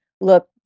look